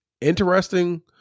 interesting